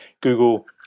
Google